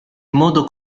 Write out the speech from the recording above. modo